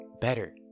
better